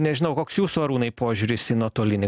nežinau koks jūsų arūnai požiūris į nuotolinį